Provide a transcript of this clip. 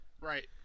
Right